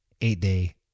eight-day